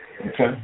Okay